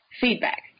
feedback